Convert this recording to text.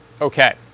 Okay